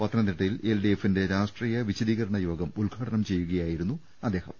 പത്തനംതിട്ടയിൽ L D എഫിന്റെ രാഷ്ട്രീയ വിശദീകരണയോഗം ഉദ്ഘാടനം ചെയ്യുകയായിരുന്നു അദ്ദേ ഹം